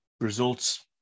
results